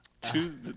Two